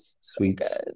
sweets